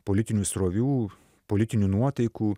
politinių srovių politinių nuotaikų